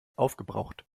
aufgebraucht